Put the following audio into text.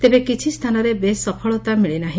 ତେବେ କିଛିସ୍ତାନରେ ବେଶ୍ ସଫଳତା ମିଳି ନାହି